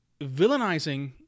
villainizing